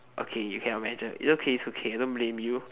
okay you cannot measure it's okay it's okay don't blame you